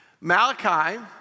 Malachi